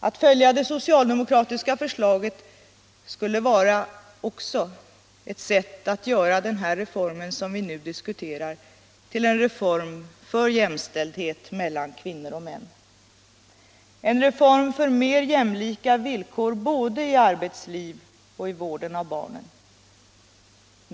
Att följa det socialdemokratiska förslaget skulle också vara ett sätt att göra den reform som vi nu diskuterar till en reform för jämlikhet mellan kvinnor och män, en reform för mera jämlika villkor både i arbetslivet och i vården om barnen.